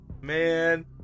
man